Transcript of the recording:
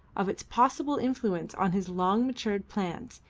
of its possible influence on his long-matured plans,